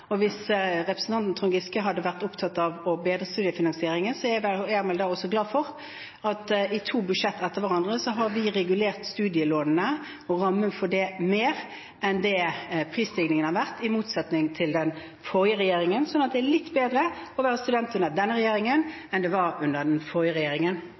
Hvis representanten Trond Giske hadde vært opptatt av å bedre studiefinansieringen, er han vel glad for at i to budsjetter etter hverandre har vi regulert studielånene og rammen for det mer enn det prisstigningen har vært, i motsetning til den forrige regjeringen. Så det er litt bedre å være student under denne regjeringen enn det var under den forrige regjeringen.